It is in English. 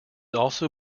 also